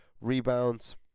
rebounds